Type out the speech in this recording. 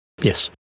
Yes